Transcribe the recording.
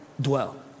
dwell